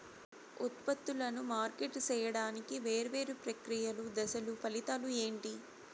ఉత్పత్తులను మార్కెట్ సేయడానికి వేరువేరు ప్రక్రియలు దశలు ఫలితాలు ఏంటి?